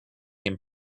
him